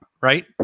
right